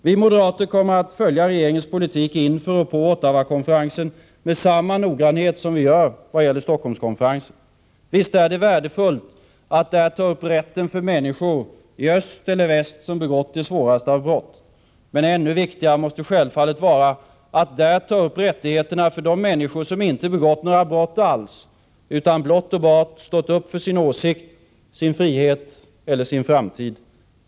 Vi moderater kommer att följa regeringens politik inför och på Ottawakonferensen med samma noggrannhet som vi gör vad gäller Stockholmskonferensen. Visst är det värdefullt att där ta upp rätten för människor, i öst eller väs , som begått de svåraste av brott. Men det måste självfallet vara ännu viktigare att ta upp rättigheterna för de människor som inte begått några brott alls utan blott och bart stått upp för sin åsikt, sin frihet eller sin framtid.